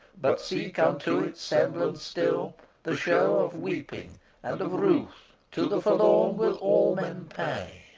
but seek unto its semblance still the show of weeping and of ruth to the forlorn will all men pay,